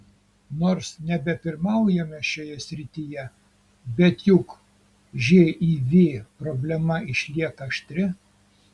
nors nebepirmaujame šioje srityje bet juk živ problema išlieka aštri